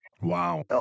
Wow